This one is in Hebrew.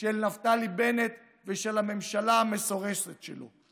של נפתלי בנט ושל הממשלה המסורסת שלו.